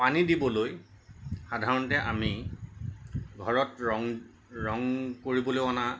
পানী দিবলৈ সাধাৰণতে আমি ঘৰত ৰং ৰং কৰিবলৈ অনা